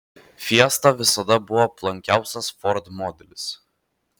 fiesta visada buvo blankiausias ford modelis